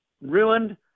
ruined